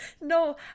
No